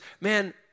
man